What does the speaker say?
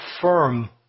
firm